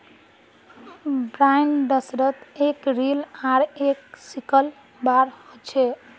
बाइंडर्सत एक रील आर एक सिकल बार ह छे